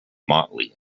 motley